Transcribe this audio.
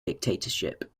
dictatorship